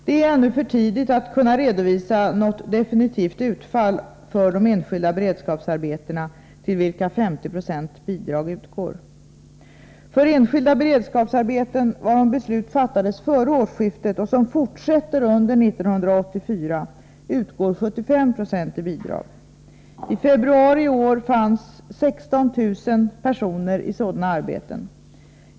Det är ännu för tidigt att kunna redovisa något definitivt utfall för de enskilda beredskapsarbeten till vilka 50 26 bidrag utgår. För enskilda beredskapsarbeten varom beslut fattades före årsskiftet och som fortsätter under år 1984 utgår 75 96 i bidrag. I februari i år fanns 16 000 personer i sådana arbeten.